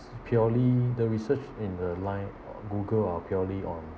purely the research in the line Google are purely on